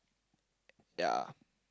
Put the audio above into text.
ya